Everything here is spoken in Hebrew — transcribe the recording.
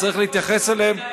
וצריך להתייחס אליהם,